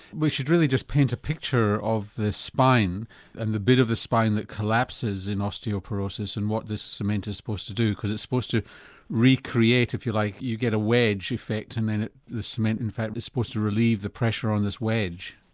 we should really just paint a picture of the spine and the bit of the spine that collapses in osteoporosis and what this cement is supposed to do, because it's supposed to recreate, if you like, you get a wedge effect and then the cement in fact is supposed to relieve the pressure on this wedge.